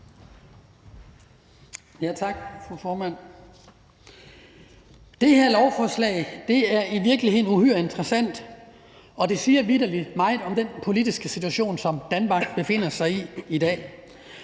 Tak, fru formand. Det her lovforslag er i virkeligheden uhyre interessant, og det siger vitterlig meget om den politiske situation, som Danmark befinder sig i i dag.